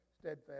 steadfast